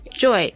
Joy